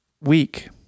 weak